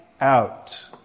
out